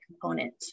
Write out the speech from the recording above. component